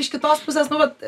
iš kitos pusės nu vat